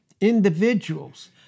individuals